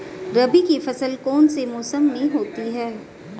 रबी की फसल कौन से मौसम में होती है?